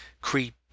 creep